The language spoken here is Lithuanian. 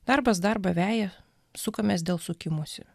darbas darbą veja sukamės dėl sukimosi